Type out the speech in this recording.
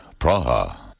Praha